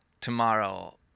tomorrow